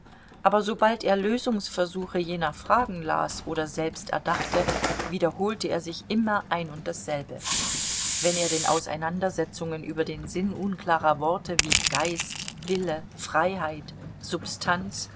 aber sobald er lösungsversuche jener fragen las oder selbst erdachte wiederholte er sich immer ein und dasselbe wenn er den auseinandersetzungen über den sinn unklarer worte wie geist wille freiheit substanz